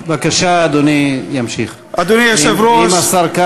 להלן תרגומם: האחיות והאחים תלמידי כיתה י"א מבית-הספר "אל-פארוק"